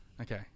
Okay